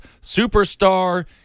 superstar